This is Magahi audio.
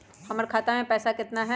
हमर खाता मे पैसा केतना है?